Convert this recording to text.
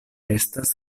estas